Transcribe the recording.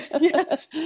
Yes